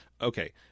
Okay